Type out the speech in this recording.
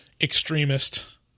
extremist